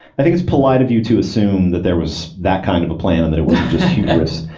i think it's polite of you to assume that there was that kind of a plan and that it wasn't just hubris.